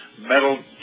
metal